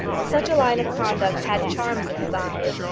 such a line of conduct had charms in his eyes.